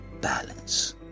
balance